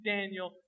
Daniel